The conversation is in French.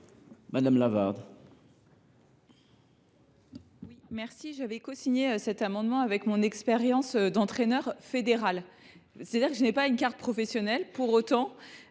Madame Lavarde,